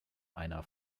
einer